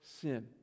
sin